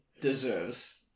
deserves